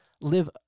live